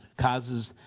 causes